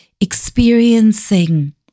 experiencing